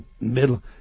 middle